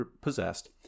possessed